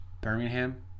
Birmingham